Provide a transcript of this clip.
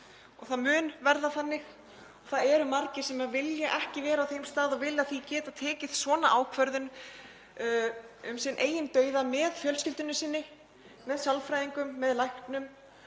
og mun verða þannig. Margir vilja ekki vera á þeim stað og vilja því geta tekið svona ákvörðun um sinn eigin dauða með fjölskyldu sinni, með sálfræðingum og með læknum.